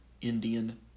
Indian